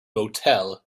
motel